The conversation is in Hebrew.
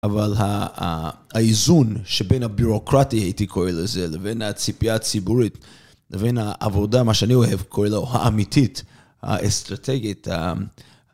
אבל האיזון שבין הביורוקרטיה הייתי קורא לזה לבין הציפייה הציבורית לבין העבודה, מה שאני אוהב, קורא לו האמיתית, האסטרטגית.